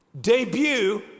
debut